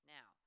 Now